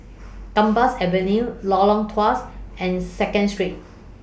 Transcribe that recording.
Gambas Avenue Lorong Tawas and Second Street